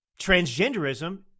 transgenderism